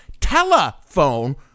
Telephone